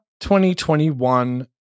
2021